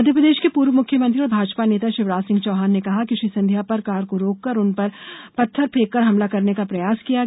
मध्य प्रदेश के पूर्व मुख्यमंत्री और भाजपा नेता शिवराज सिंह चौहान ने कहा कि श्री सिंधिया पर कार को रोककर और उन पर पत्थर फेंककर हमला करने का प्रयास किया गया